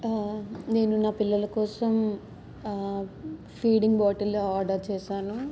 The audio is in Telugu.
నేను నా పిల్లల కోసం ఫీడింగ్ బాటిల్ ఆర్డర్ చేశాను